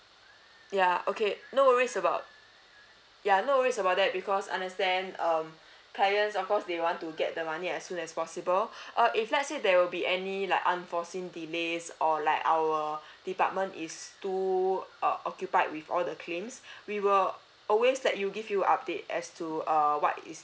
ya okay no worries about ya no worries about that because understand um clients of course they want to get the money as soon as possible uh if let's say there will be any like unforeseen delays or like our department is too uh occupied with all the claims we will always let you give you update as to err what is